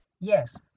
Yes